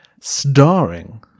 starring